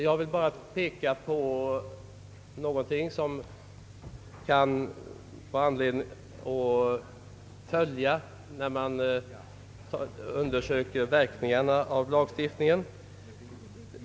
Jag vill bara peka på någonting som det kan vara anledning att följa när man undersöker verkningarna av lagstiftningen.